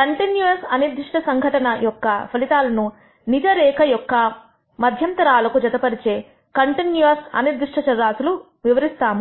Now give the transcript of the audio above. continuous అనిర్దిష్ట సంఘటన యొక్క ఫలితాలను నిజ రేఖ యొక్క మద్యంతరాలకు జతపరిచే కంటిన్యూయస్ అనిర్దిష్ట చర రాశులను వివరిస్తాము